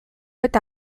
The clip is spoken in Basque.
eta